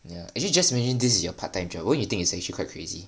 ya actually just imagine this is your part time job won't you think is actually quite crazy